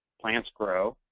plants grow.